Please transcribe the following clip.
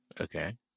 Okay